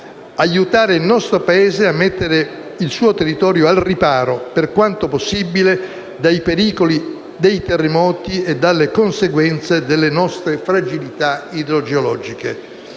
aiutare il nostro Paese a mettere il suo territorio al riparo, per quanto possibile, dai pericoli dei terremoti e dalle conseguenze delle nostre fragilità idrogeologiche.